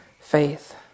faith